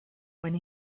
when